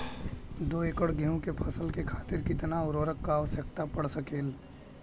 दो एकड़ गेहूँ के फसल के खातीर कितना उर्वरक क आवश्यकता पड़ सकेल?